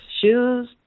Shoes